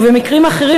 ובמקרים אחרים,